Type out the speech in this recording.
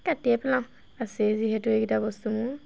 কাটিয়ে পেলাওঁ আছেই যিহেতু এইকেইটা বস্তু মোৰ